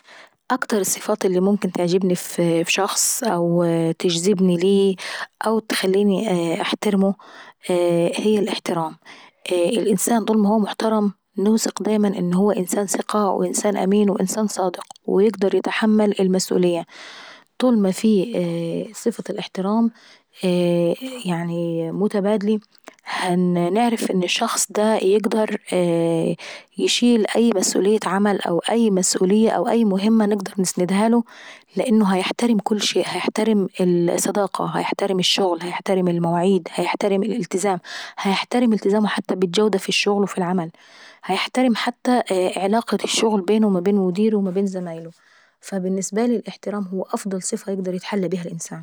اكتر الصفات اللي ممكن تعجبني في شخص او تجذبني ليه أو تخليني نحترمه هي الاحترام. الانسان طول ما هو محترم نوثق دايما انه هو انسان ثقة وانه هو انسان امين وانسان صادق، ويقدر يتحمل المسئولية. طول ما في صفة الاحترام يعني متبادلي، هنعرف ان الشخص دا يقدر يشيل اي مسئولية عمل او اي مهمة نقدر نسندهاله لانه هيحترم كل شيء هيحترم الصداقة، هيحترم الشغل ، هيحترم المواعيد، وهيحترم الالتزام وهيحترم التزامه حتى ف بالجودة في الشغل وفي العمل، وهيحترم حتى علاقة الشغل بين ما بين مديره وما بين زمايله. فالبنسة لي الاحترام هو افضل صفة يقدر يتحلى بيها الانسان.